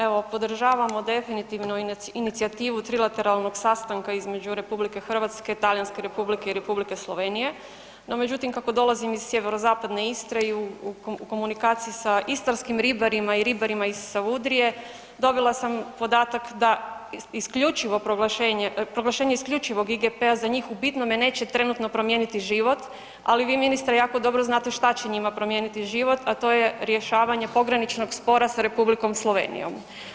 Evo podržavamo definitivno inicijativu trilateralnog sastanka između RH, Talijanske Republike i Republike Slovenije, no međutim kako dolazim iz sjeverozapadne Istre i u komunikaciji sa istarskim ribarima i ribarima iz Savudrije dobila sam podatak da proglašenje isključivog IGP-a za njih u bitnome neće trenutno promijeniti život, ali vi ministre jako dobro znate šta će njima promijeniti život, a to je rješavanje pograničnog spora sa Republikom Slovenijom.